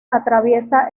atraviesa